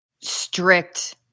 strict